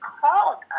called